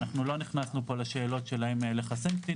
לא נכנסנו פה לשאלות ולמורכבות,